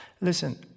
Listen